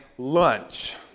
lunch